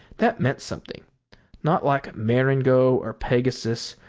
that meant something not like marengo, or pegasus,